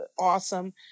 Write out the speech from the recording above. awesome